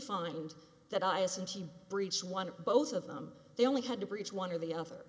find that i assume she breached one of both of them they only had to breach one or the other